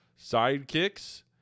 Sidekicks